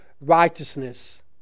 righteousness